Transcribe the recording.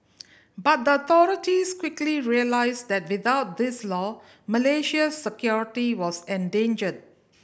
but the authorities quickly realised that without this law Malaysia's security was endangered